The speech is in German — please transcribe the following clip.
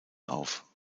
auf